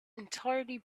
entirely